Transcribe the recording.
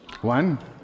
One